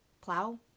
plow